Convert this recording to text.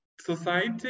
society